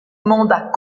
mandats